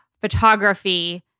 photography